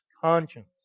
conscience